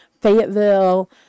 Fayetteville